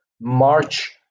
march